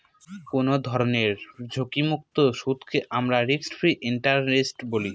কোনো ধরনের ঝুঁকিমুক্ত সুদকে আমরা রিস্ক ফ্রি ইন্টারেস্ট বলি